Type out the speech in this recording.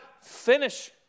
Finish